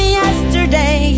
yesterday